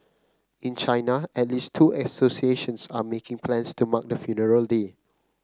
in China at least two associations are making plans to mark the funeral day